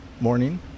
morning